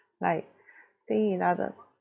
like think in other